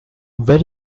very